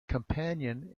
companion